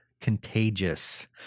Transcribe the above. contagious